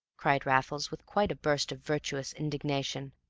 cried raffles, with quite a burst of virtuous indignation.